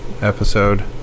episode